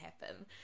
happen